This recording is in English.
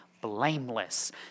blameless